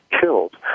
killed